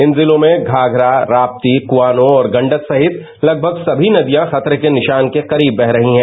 इन जिलों घाघरा राप्ती कुआनो और गण्डक सहित सभी नदिया खतरे के निषान के करीब बह रही हैं